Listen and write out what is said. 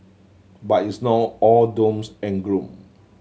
but it's not all dooms and gloom